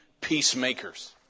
peacemakers